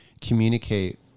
communicate